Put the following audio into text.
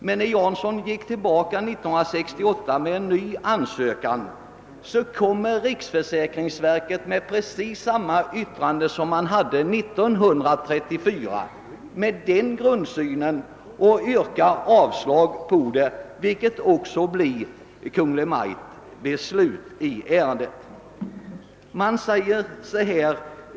Men när Jansson 1968 återkom med en ny ansökan hade riksförsäkringsverket i sitt yttrande precis samma grundsyn som år 1934. Riksförsäkringsverket yrkade avslag på framställningen, och Kungl. Maj:t avslog den också.